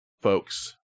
folks